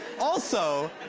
also,